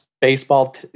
baseball